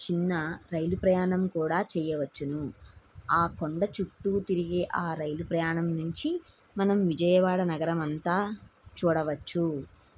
చిన్న రైలు ప్రయాణం కూడా చెయ్యవచ్చును ఆ కొండ చుట్టూ తిరిగే ఆ రైలు ప్రయాణం నుంచి మనం విజయవాడ నగరమంతా చూడవచ్చు